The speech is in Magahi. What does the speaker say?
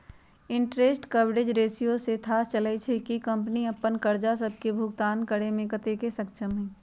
इंटरेस्ट कवरेज रेशियो से थाह चललय छै कि कंपनी अप्पन करजा सभके भुगतान करेमें कतेक सक्षम हइ